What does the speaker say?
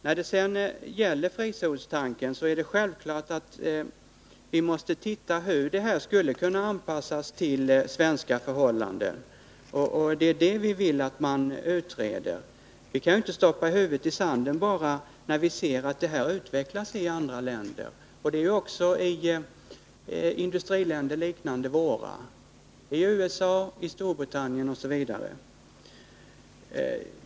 När det sedan gäller frizonstanken är det självklart att vi måste titta på hur den skulle kunna anpassas till svenska förhållanden. Det är detta vi vill att man utreder. Vi kan inte stoppa huvudet i sanden, när vi ser utvecklingen i andra länder, också i industriländer liknande våra — USA, Storbritannien osv.